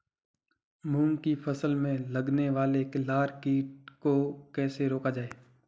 मूंग की फसल में लगने वाले लार कीट को कैसे रोका जाए?